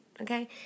okay